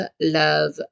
love